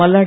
Malladi